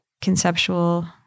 conceptual